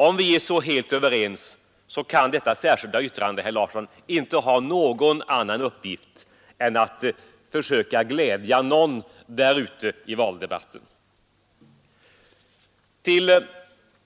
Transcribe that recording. Om vi är så helt överens, kan detta särskilda yttrande inte ha någon annan uppgift än att glädja någon ute i valdebatten. Till